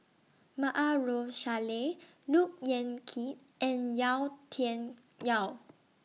Maarof Salleh Look Yan Kit and Yau Tian Yau